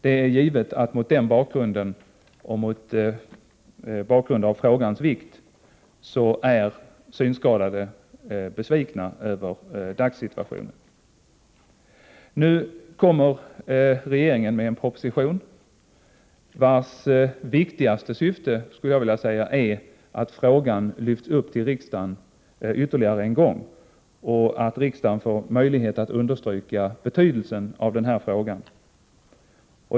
Det är givet att mot den bakgrunden och mot bakgrund av frågans vikt är synskadade besvikna över dagssituationen. Nu kommer regeringen med en proposition vars viktigaste syfte, skulle jag vilja säga, är att frågan lyfts upp till riksdagen ytterligare en gång och att riksdagen får möjlighet att understryka betydelsen av den här frågan.